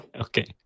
Okay